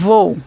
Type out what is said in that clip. Vou